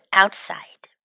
outside